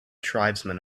tribesmen